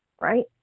Right